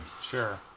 Sure